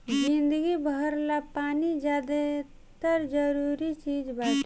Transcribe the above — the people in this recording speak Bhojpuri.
जिंदगी भर ला पानी ज्यादे जरूरी चीज़ बाटे